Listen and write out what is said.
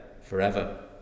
forever